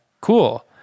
cool